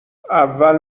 اول